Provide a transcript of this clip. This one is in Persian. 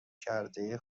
کرده